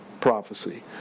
prophecy